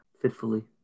fitfully